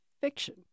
fiction